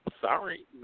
sorry